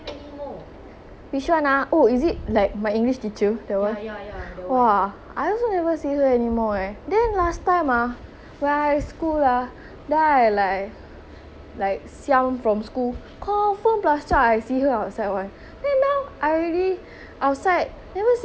I also never see her anymore ah then last time ah when I school ah then I like like from school confirm plus chop I see her outside [one] then now I already outside never see her at all leh !walao! why this people always catch us at bad timing [one]